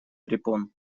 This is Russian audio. препон